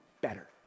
Better